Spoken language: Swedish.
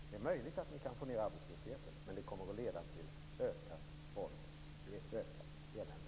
Det är möjligt att ni får ned arbetslösheten. Men i längden kommer det att leda till ökat elände.